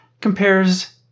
compares